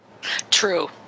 True